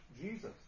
Jesus